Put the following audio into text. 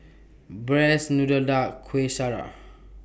Braised Noodle Duck Kueh Syara